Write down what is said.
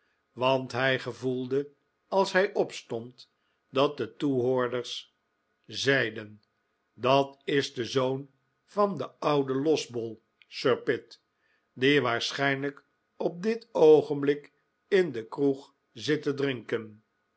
want hij gevoelde als hij opstond dat de toehoorders zeiden dat is de zoon van den ouden losbol sir pitt die waarschijnlijk op dit oogenblik in de kroeg zit te drinken